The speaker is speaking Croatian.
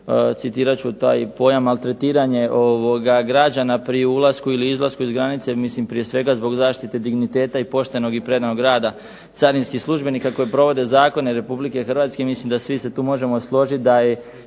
citirat ću taj pojam "maltretiranje građana pri ulasku ili izlasku s granice". Mislim prije svega zbog zaštite digniteta i poštenog i predanog rada carinskih službenika koji provode zakone RH mislim da svi se tu možemo složiti